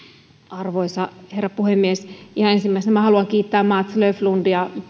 arvoisa herra puhemies ihan ensimmäisenä minä haluan kiittää mats löfströmiä